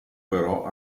però